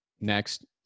next